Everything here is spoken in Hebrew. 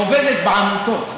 היא עובדת בעמותות,